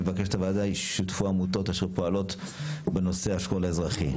מבקשת הוועדה שישותפו העמותות אשר פועלות בנושא שכול האזרחי.